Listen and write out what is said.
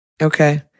Okay